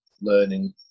learning